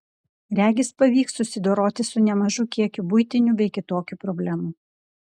regis pavyks susidoroti su nemažu kiekiu buitinių bei kitokių problemų